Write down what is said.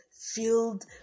filled